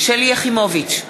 שלי יחימוביץ,